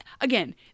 again